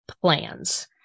plans